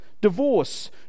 Divorce